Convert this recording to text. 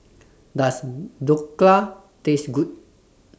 Does Dhokla Taste Good